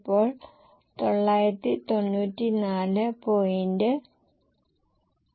ഇപ്പോൾ ക്വാണ്ടത്തിന്റെ അടിസ്ഥാനത്തിൽ വിൽപ്പന നോക്കുക